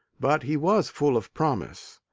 but he was full of promise.